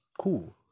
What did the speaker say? cool